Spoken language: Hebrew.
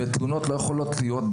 תלונות לא יכולות להיות,